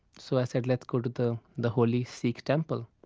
so i said, let's go to the the holy sikh temple.